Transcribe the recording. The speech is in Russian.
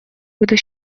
буду